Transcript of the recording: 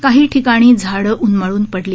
काही ठिकाणी झाडं उन्मळून पडली